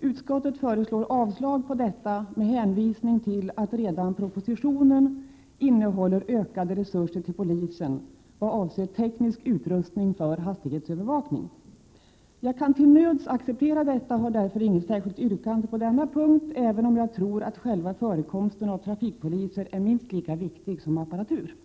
Utskottet föreslår avslag på detta, med hänvisning till att redan propositionen innehåller ökade resurser till polisen vad avser teknisk utrustning för hastighetsövervakning. Jag kan till nöds acceptera detta och har därför inget särskilt yrkande på denna punkt, även om jag tror att själva förekomsten av trafikpoliser är minst lika viktig som apparatur.